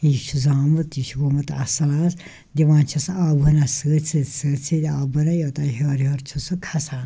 یہِ چھِ زامُت یہِ چھِ گوٚمُت اَصٕل آز دِوان چھِس آبہٕ ہٕنا سۭتۍ سۭتۍ سۭتۍ سۭتۍ آبہٕ ہٕنا یوٚتام ہیوٚر ہیوٚر چھِ سُہ کھَسان